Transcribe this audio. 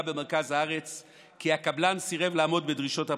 במרכז הארץ כי הקבלן סירב לעמוד בדרישות הפרוטקשן,